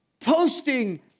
posting